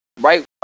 right